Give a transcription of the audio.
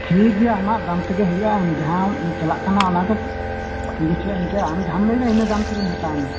ᱴᱷᱤᱠᱜᱮᱭᱟ ᱟᱢᱟᱜ ᱫᱟᱢ ᱛᱮᱜᱮ ᱦᱩᱭᱩᱜᱼᱟ ᱟᱢ ᱡᱟᱦᱟᱸ ᱟᱢ ᱪᱟᱞᱟᱜ ᱠᱟᱱᱟ ᱚᱱᱟᱜᱮ ᱴᱷᱤᱠ ᱟᱪᱷᱮ ᱤᱱᱠᱟ ᱟᱢ ᱡᱟᱦᱟᱸᱢ ᱞᱟ ᱭᱫᱟ ᱤᱱᱟ ᱫᱟᱢᱛᱮᱜᱮᱧ ᱦᱟᱛᱟᱣᱟᱢᱟ